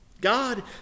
God